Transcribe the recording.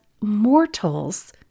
mortals